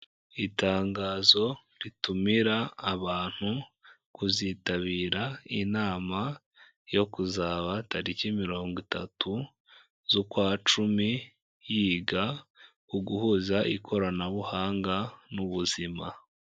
Itangazo ritumira abantu kuzitabira inama yo kuzaba tariki mirongo itatu z'ukwa Cumi, yiga uguhuza ikoranabuhanga n'ubuzima.